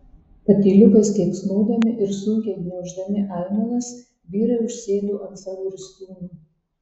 patyliukais keiksnodami ir sunkiai gniauždami aimanas vyrai užsėdo ant savo ristūnų